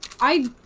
I-